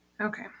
Okay